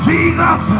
Jesus